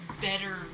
better